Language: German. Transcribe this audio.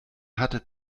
hatte